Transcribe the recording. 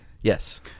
Yes